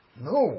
No